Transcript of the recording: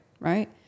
Right